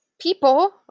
people